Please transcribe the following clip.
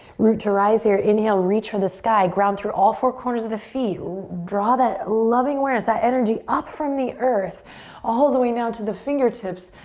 root to rise here, inhale, reach for the sky, ground through all four corners of the feet. draw that loving awareness, that energy, up from the earth all the way now to the fingertips,